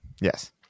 yes